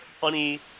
funny